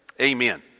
amen